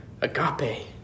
agape